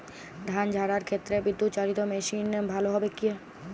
ধান ঝারার ক্ষেত্রে বিদুৎচালীত মেশিন ভালো কি হবে?